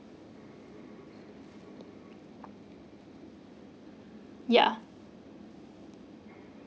ya